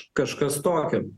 kažkas tokio